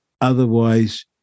otherwise